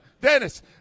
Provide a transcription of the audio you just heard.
Dennis